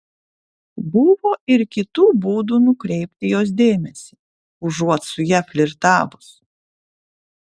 buvo ir kitų būdų nukreipti jos dėmesį užuot su ja flirtavus